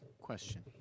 Question